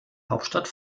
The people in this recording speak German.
hauptstadt